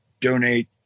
donate